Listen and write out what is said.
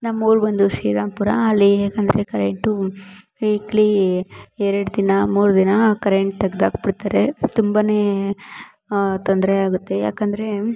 ನಮ್ಮ ಊರು ಬಂದು ಶ್ರೀರಾಮಪುರ ಅಲ್ಲಿ ಹೇಗಂದ್ರೆ ಕರೆಂಟೂ ವೀಕ್ಲಿ ಎರಡು ದಿನ ಮೂರು ದಿನ ಕರೆಂಟ್ ತಗ್ದು ಹಾಕ್ಬುಡ್ತಾರೆ ತುಂಬ ತೊಂದರೆ ಆಗುತ್ತೆ ಏಕಂದ್ರೆ